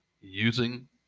using